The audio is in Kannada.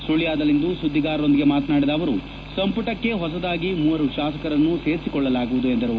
ಸುಳ್ವದಲ್ಲಿಂದು ಸುಧಿಗಾರರೊಂದಿಗೆ ಮಾತನಾಡಿದ ಅವರು ಸಂಪುಟಕ್ಕೆ ಹೊಸದಾಗಿ ಮೂವರು ಶಾಸಕರನ್ನು ಸೇರಿಸಿಕೊಳ್ಳಲಾಗುವುದು ಎಂದರು